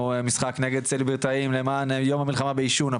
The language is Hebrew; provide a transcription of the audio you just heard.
משחק נגד סלבריטאים למען יום המלחמה בעישון,